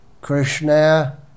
Krishna